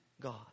God